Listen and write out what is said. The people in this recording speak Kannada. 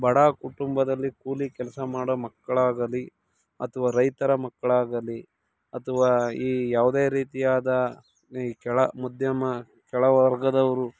ಬಡ ಕುಟುಂಬದಲ್ಲಿ ಕೂಲಿ ಕೆಲಸ ಮಾಡೋ ಮಕ್ಕಳಾಗಲಿ ಅಥ್ವಾ ರೈತರ ಮಕ್ಕಳಾಗಲಿ ಅಥ್ವಾ ಈ ಯಾವುದೇ ರೀತಿಯಾದ ಈ ಕೆಳ ಮಧ್ಯಮ ಕೆಳ ವರ್ಗದವರು